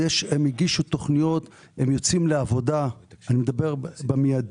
הם הגישו תכניות ויוצאים לעבודה במיידי.